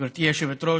גברתי היושבת-ראש,